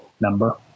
number